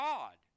God